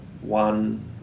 one